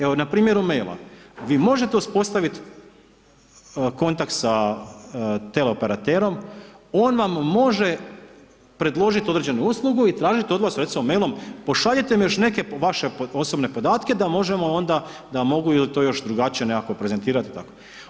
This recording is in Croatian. Evo na primjeru maila, vi možete uspostaviti kontakt sa teleoperaterom, on vam može predložiti određenu uslugu i tražiti od vas recimo mailom, pošaljite mi još neke vaše osobne podatke da mogu to još drugačije nekako prezentirati i tako.